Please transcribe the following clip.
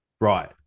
Right